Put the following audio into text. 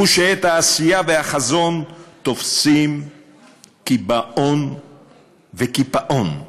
הוא שאת העשייה והחזון תופסים קיבעון וקיפאון.